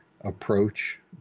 approach